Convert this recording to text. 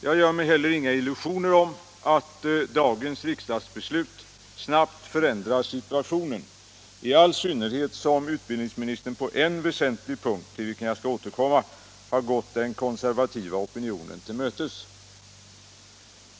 Jag gör mig heller inga illusioner om att dagens riksdagsbeslut snabbt förändrar situationen, i all synnerhet som utbildningsministern på en väsentlig punkt, till vilken jag skall återkomma, har gått den konservativa opinionen till mötes.